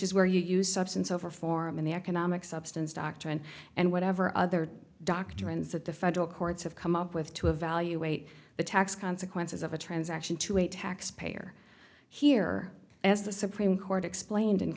is where you substance over form in the economic substance doctrine and whatever other doctrines that the federal courts have come up with to evaluate the tax consequences of a transaction to a taxpayer here as the supreme court explained in